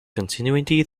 continuity